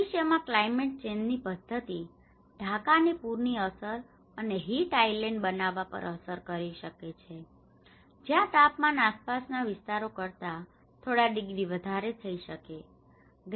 ભવિષ્યમાં climate change ની પદ્ધતિ ઢાકાને પૂરની અસર અને હીટ આઇલેન્ડ બનાવવા પર અસર કરી શકે છે જ્યાં તાપમાન આસપાસના વિસ્તારો કરતા થોડા ડિગ્રી વધારે થઈ શકે છે